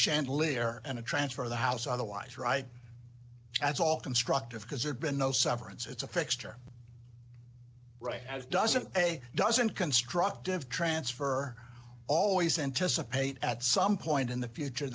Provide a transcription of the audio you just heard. chandelier and a transfer of the house otherwise right as all constructive because there'd been no severance it's a fixture right as doesn't a doesn't constructive transfer always anticipate at some point in the future